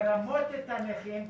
מרמות את הנכים,